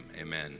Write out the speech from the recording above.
amen